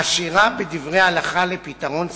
עשירה בדברי הלכה לפתרון סכסוכים,